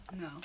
No